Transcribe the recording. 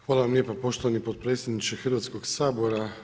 Hvala vam lijepa poštovani potpredsjedniče Hrvatskoga sabora.